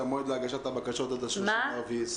שהמועד להגשת הבקשות עד ל-30.4.2020?